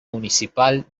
municipal